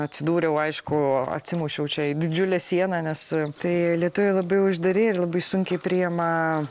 atsidūriau aišku atsimušiau čia į didžiulę sieną nes tai lietuviai labai uždari ir labai sunkiai priima